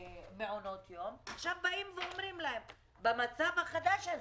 למעונות יום ועכשיו באים ואומרים להם במצב החדש הזה: